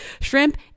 shrimp